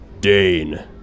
Dane